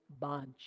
bunch